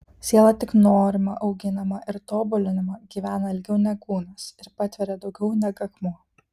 siela tik norima auginama ir tobulinama gyvena ilgiau neg kūnas ir patveria daugiau neg akmuo